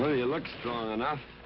ah you look strong enough.